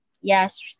Yes